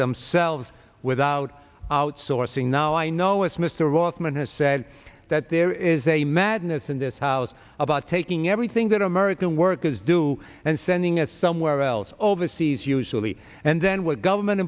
themselves without outsourcing now i know as mr rothman has said that there is a madness in this house about taking everything that american workers do and sending it somewhere else overseas usually and then what government